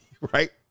right